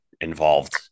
involved